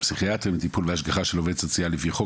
פסיכיאטרי וטיפול והשגחה של עובד סוציאלי לפי חוק,